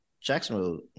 Jacksonville